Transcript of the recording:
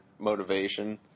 motivation